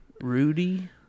Rudy